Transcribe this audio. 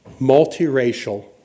multiracial